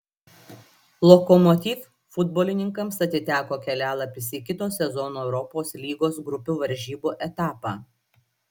lokomotiv futbolininkams atiteko kelialapis į kito sezono europos lygos grupių varžybų etapą